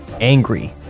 angry